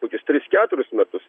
kokius tris keturis metus